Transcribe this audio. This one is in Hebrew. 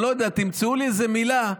אני לא יודע, תמצאו לי איזו מילה,